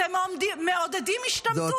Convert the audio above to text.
אתם מעודדים השתמטות.